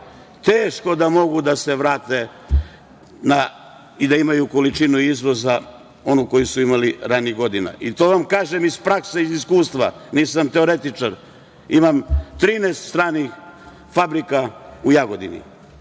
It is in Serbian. teško da mogu da se vrate i da imaju količinu izvoza onu koju su imali ranijih godina, i to vam kažem iz prakse, iz iskustva. Nisam teoretičar, imam 13 stranih fabrika u Jagodini